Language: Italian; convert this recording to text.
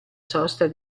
sosta